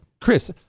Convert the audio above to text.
Chris